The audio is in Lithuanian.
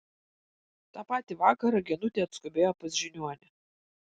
tą patį vakarą genutė atskubėjo pas žiniuonį